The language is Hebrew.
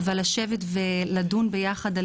לשבת ולדון ביחד.